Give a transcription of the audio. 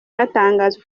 hatangazwa